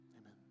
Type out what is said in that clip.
Amen